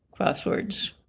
crosswords